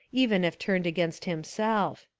even if turned against himself.